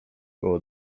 koło